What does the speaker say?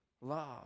Love